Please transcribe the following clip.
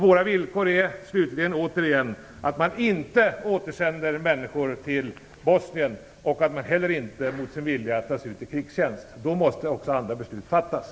Våra villkor är slutligen - återigen - att människor inte återsänds till Bosnien och att man inte mot sin vilja tas ut i krigstjänst. Då måste också andra beslut fattas.